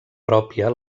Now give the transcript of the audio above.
pròpia